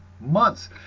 Months